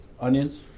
onions